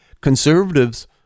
conservatives